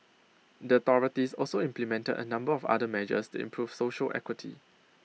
the authorities also implemented A number of other measures to improve social equity